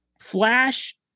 Flash